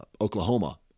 Oklahoma